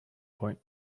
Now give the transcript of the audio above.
point